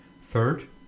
Third